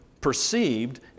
perceived